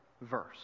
verse